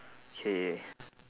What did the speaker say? K